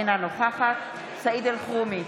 אינה נוכחת סעיד אלחרומי,